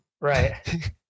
right